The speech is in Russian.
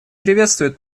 приветствует